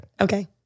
Okay